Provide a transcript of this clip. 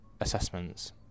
assessments